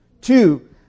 Two